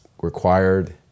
required